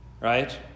Right